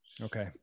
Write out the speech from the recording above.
okay